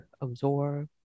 absorb